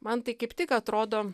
man tai kaip tik atrodo